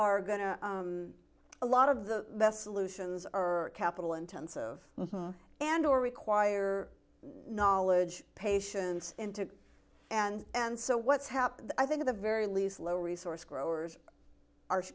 are going to a lot of the best solutions or capital intensive and or require knowledge patients in to and and so what's happened i think at the very least low resource growers are